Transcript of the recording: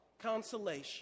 consolation